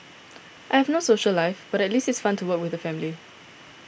I have no social life but at least it's fun to work with the family